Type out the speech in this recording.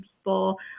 people